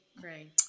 great